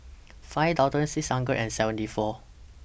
five thousand six hundred and seventy four